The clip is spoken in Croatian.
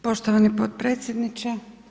Poštovani potpredsjedniče.